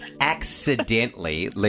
accidentally